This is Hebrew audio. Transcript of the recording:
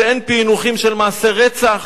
שאין פענוחים של מעשי רצח,